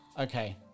Okay